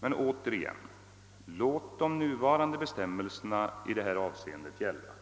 Men jag säger återigen: Låt de nuvarande bestämmelserna i detta avseende gälla!